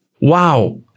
wow